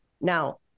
Now